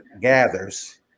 gathers